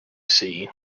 see